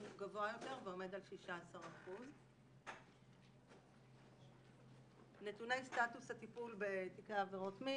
גבוה יותר ועומד על 16%. נתוני סטאטוס הטיפול בתיקי עבירות מין,